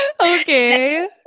Okay